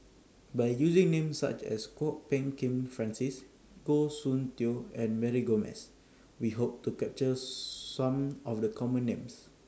By using Names such as Kwok Peng Kin Francis Goh Soon Tioe and Mary Gomes We Hope to capture Some of The Common Names